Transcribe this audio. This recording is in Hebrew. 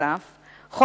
נוסף על כך,